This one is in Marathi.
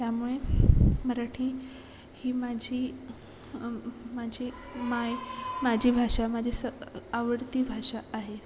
त्यामुळे मराठी ही माझी माझी माय माझी भाषा माझी स आवडती भाषा आहे